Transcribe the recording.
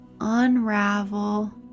unravel